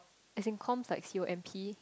as in comp's like C_O_M_P